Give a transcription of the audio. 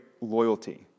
loyalty